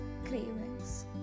Cravings